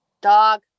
Dog